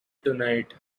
tonight